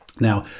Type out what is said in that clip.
Now